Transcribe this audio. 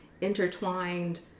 intertwined